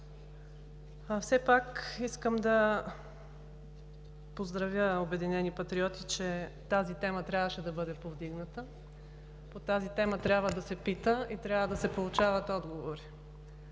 Все пак искам да поздравя „Обединени патриоти“, че тази тема трябваше да бъде повдигната. По тази тема трябва да се пита и да се получават отговори.